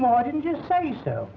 know i didn't just say so